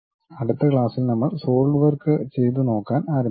അടുത്ത ക്ലാസ്സിൽ നമ്മൾ സോളിഡ് വർക്ക്സ് ചെയ്തു നോക്കാൻ ആരംഭിക്കും